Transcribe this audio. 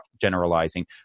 generalizing